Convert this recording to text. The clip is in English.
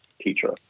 teacher